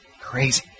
Crazy